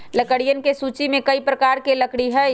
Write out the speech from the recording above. लकड़ियन के सूची में कई प्रकार के लकड़ी हई